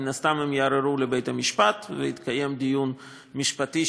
מן הסתם הם יערערו לבית-משפט ויתקיים דיון משפטי,